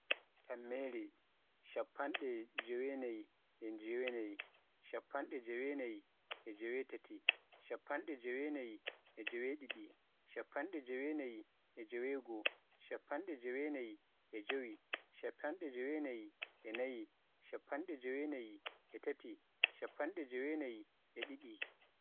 tammere, shappende jeewenaayi e jeewnaayi, shappende jeewenaayi e jeewetaat, shappende jeewenaayie jeewedidi, shappende jeewenaayi e jeewegoo, shappende jeewenaayi e jeewi, shappende jeewenaayi e naayi, shappende jeewenaayi e taati, shappende jeewenaayi e didi.